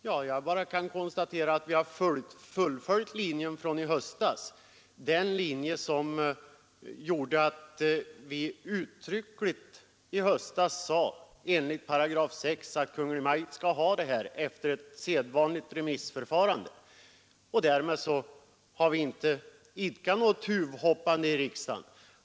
Herr talman! Jag kan bara konstatera att vi har fullföljt linjen från i höstas, då vi uttryckligt sade att Kungl. Maj:t enligt 6 § skall ha beslutanderätten efter sedvanligt remissförfarande. Därmed har vi inte idkat något tuvhoppande i riksdagen.